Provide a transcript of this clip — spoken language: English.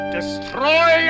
Destroy